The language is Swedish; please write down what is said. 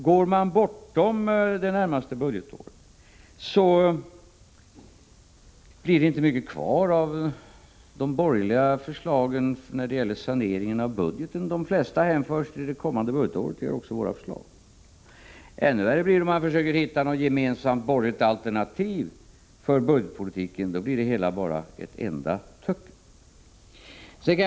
Går man bortom det närmaste budgetåret, blir det inte mycket kvar av de borgerliga förslagen till sanering av budgeten. De flesta hänförs till det kommande budgetåret, och det gör också våra förslag. Ännu värre blir det om man försöker hitta något gemensamt borgerligt alternativ för budgetpolitiken. Då blir det hela bara ett enda töcken.